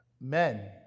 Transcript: men